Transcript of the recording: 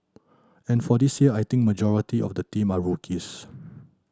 and for this year I think majority of the team are rookies